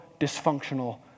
dysfunctional